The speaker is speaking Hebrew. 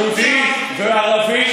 יהודי או וערבי,